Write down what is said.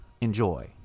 enjoy